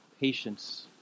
patience